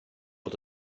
bod